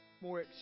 more